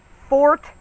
Fort